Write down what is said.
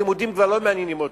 הלימודים כבר לא מעניינים אותו.